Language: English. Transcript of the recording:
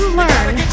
learn